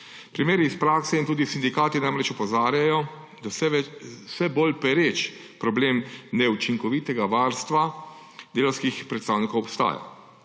Primeri iz prakse in sindikati namreč opozarjajo, da vse bolj pereč problem neučinkovitega varstva delavskih predstavnikov obstaja.